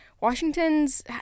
Washington's